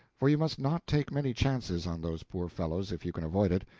for you must not take many chances on those poor fellows if you can avoid it.